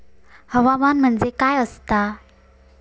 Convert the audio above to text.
हवामान म्हणजे काय असता?